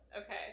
okay